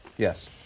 Yes